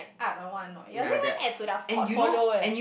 art or what or not I don't even add to their portfolio eh